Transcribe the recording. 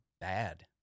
bad